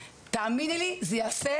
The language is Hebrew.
תאמיני לי זה יעשה